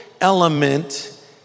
element